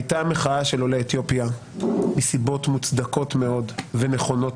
הייתה מחאה של עולי אתיופיה מסיבות מוצדקות מאוד ונכונות